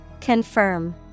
Confirm